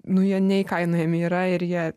nu jie neįkainojami yra ir jie